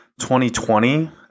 2020